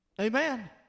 Amen